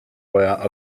via